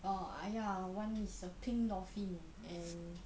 orh ya one is a Pink Dolphin and